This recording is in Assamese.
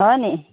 হয়নি